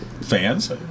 fans